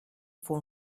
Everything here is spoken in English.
for